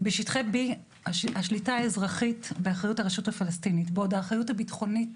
בשטחי B השליטה האזרחית באחריות הרשות הפלסטינים בעוד האחריות הביטחונית